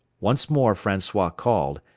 once more francois called,